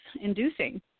inducing